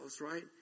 right